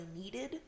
needed